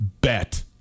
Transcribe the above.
bet